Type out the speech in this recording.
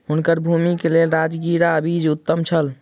हुनकर भूमि के लेल राजगिरा बीज उत्तम छल